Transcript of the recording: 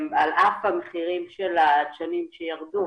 על אף המחירים שירדו